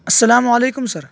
السلام علیکم سر